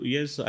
Yes